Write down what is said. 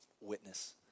witness